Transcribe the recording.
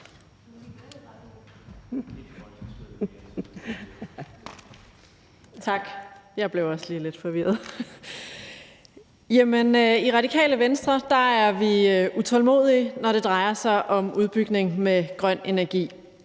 (Ordfører) Samira Nawa (RV): Tak. I Radikale Venstre er vi utålmodige, når det drejer sig om udbygningen med grøn energi.